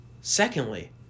Secondly